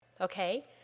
Okay